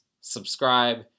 subscribe